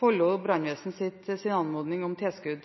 Follo brannvesens anmodning om tilskudd.